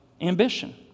ambition